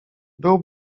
był